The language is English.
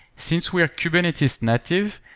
since we're kubernetes native,